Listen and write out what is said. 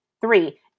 Three